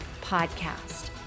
podcast